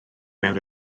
mewn